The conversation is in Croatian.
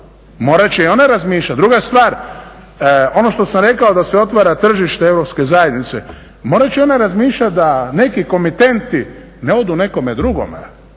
morat će i one razmišljati. Druga stvar, ono što sam rekao da se otvara tržište europske zajednice, morat će ona razmišljati da neki komitenti ne odu nekome drugome